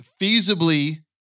feasibly